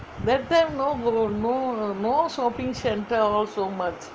that no shopping centre all so much